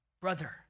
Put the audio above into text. Brother